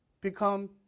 become